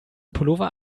pullover